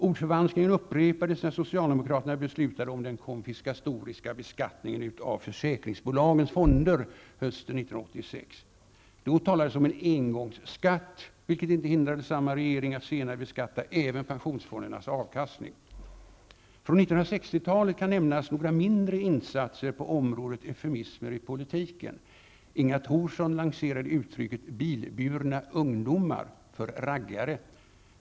Ordförvanskningen upprepades när socialdemokraterna beslutade om den konfiskatoriska beskattningen av försäkringsbolagens fonder hösten 1986. Då talades om en engångsskatt, vilket inte hindrade samma regering att senare beskatta även pensionsfondernas avkastning. Från 1960-talet kan nämnas några mindre insatser på området eufemismer i politiken. Inga Thorsson lanserade uttrycket bilburna ungdomar för raggare.